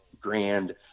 grand